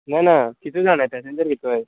ना ना कितू जाणाय येता तेचें